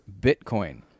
Bitcoin